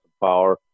power